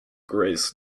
graze